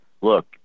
look